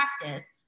practice